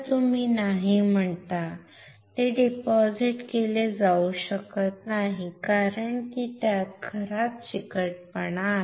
तुम्ही नाही म्हणता ते जमा केले जाऊ शकत नाही कारण त्यात खराब चिकटपणा आहे